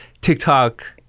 TikTok